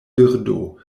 birdo